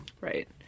Right